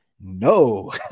no